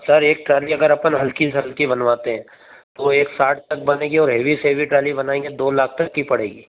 sir एक trolley अगर अपन हल्की से हल्की बनवाते हैं तो एक साठ तक बनेगी और हैवी से हैवी ट्राली बनाएंगे तो दो लाख तक की पड़ेगी